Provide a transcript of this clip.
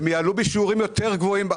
הם יעלו בשיעורים יותר גבוהים.